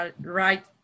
right